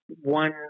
one